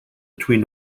between